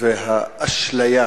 והאשליה